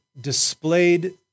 displayed